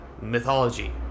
mythology